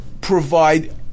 provide